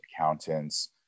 accountants